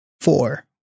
Four